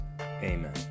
Amen